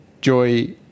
joy